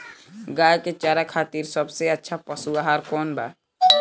गाय के चारा खातिर सबसे अच्छा पशु आहार कौन बा?